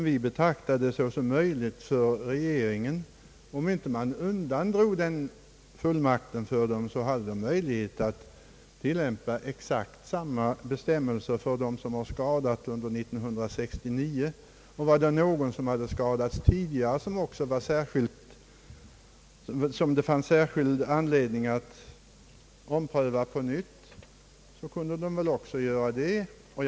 Vi betraktar det som möjligt för regeringen — om inte denna rätt fråntas den — att tillämpa exakt samma bestämmelser för dem som har skadats under år 1969. Om någon har skadats tidigare och det finns särskild anledning att ompröva ersättningsfrågan, bör regeringen också kunna göra det.